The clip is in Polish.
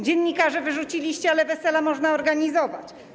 Dziennikarzy wyrzuciliście, ale wesela można organizować.